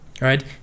right